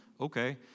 Okay